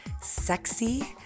sexy